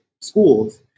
schools